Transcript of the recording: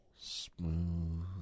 smooth